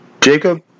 Jacob